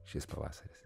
šis pavasaris